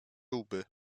łby